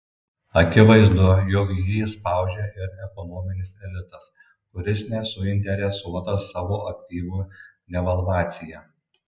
akivaizdu jog jį spaudžia ir ekonominis elitas kuris nesuinteresuotas savo aktyvų devalvacija